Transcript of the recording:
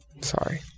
sorry